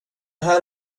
här